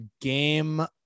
game